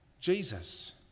Jesus